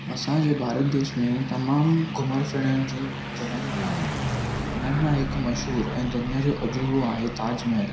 असांजे भारत देश में तमाम घुमण फिरणु जूं जॻहियूं आहिनि हुननि मां हिकु मशहूरु ऐं दुनिया जो अजूबो आहे ताजमहल